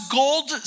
gold